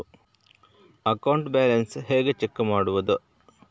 Account balance ಹೇಗೆ check ಮಾಡುವುದು?